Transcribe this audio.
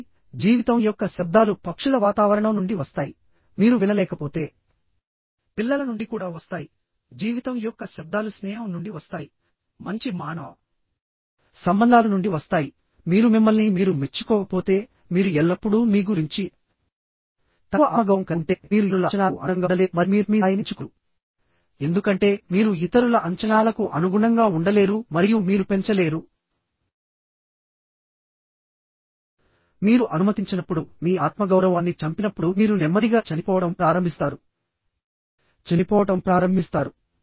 కాబట్టి జీవితం యొక్క శబ్దాలు పక్షుల వాతావరణం నుండి వస్తాయిమీరు వినలేకపోతే పిల్లల నుండి కూడా వస్తాయిజీవితం యొక్క శబ్దాలు స్నేహం నుండి వస్తాయి మంచి మానవ సంబంధాలు నుండి వస్తాయిమీరు మిమ్మల్ని మీరు మెచ్చుకోకపోతేమీరు ఎల్లప్పుడూ మీ గురించి తక్కువ ఆత్మగౌరవం కలిగి ఉంటే మీరు ఇతరుల అంచనాలకు అనుగుణంగా ఉండలేరు మరియు మీరు మీ స్థాయిని పెంచుకోలేరు ఎందుకంటే మీరు ఇతరుల అంచనాలకు అనుగుణంగా ఉండలేరు మరియు మీరు పెంచలేరు మీరు అనుమతించనప్పుడు మీ ఆత్మగౌరవాన్ని చంపినప్పుడు మీరు నెమ్మదిగా చనిపోవడం ప్రారంభిస్తారు చనిపోవడం ప్రారంభిస్తారు